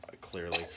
clearly